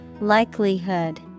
Likelihood